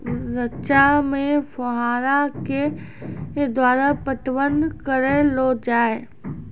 रचा मे फोहारा के द्वारा पटवन करऽ लो जाय?